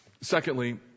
Secondly